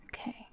Okay